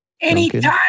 Anytime